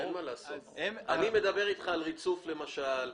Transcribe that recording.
אני מדבר איתך על ריצוף למשל,